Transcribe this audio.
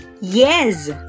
yes